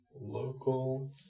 Local